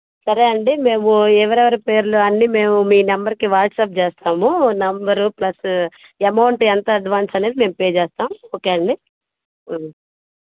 సరే అండీ మేము ఎవరెవరి పేర్లు అన్నీ మేము మీ నెంబర్కి వాట్సాప్ చేస్తాము నెంబరు ప్లస్ ఎమౌంటు ఎంత అడ్వాన్స్ అనేది మేము పే చేస్తాము ఓకే అండి